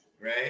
right